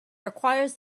requires